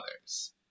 others